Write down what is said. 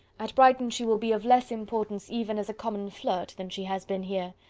at brighton she will be of less importance even as a common flirt than she has been here.